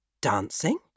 dancing